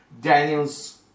Daniel's